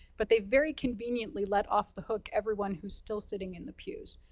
but they very conveniently let off the hook everyone who's still sitting in the pews.